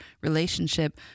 relationship